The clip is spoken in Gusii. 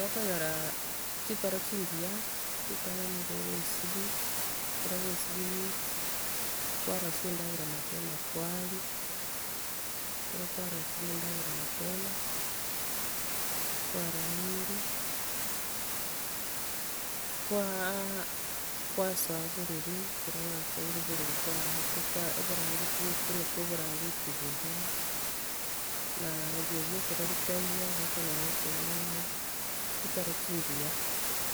Ekero okonyora chitoro chingiya, ritang'ani nigo ogoesibia, ekero kwaesibirie, kwarosia endagera mapema kwaria, ekero kwarosirie endagera mapema, kwarageire, kwaaa- kwasoa borere, ekero kwasoire borere kwararire, kwa- oborangeti twaekuneka oborangeti buya, na eriogi ekero ritaiyo, nigo okonyora oko- chitoro chingiya.